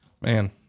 man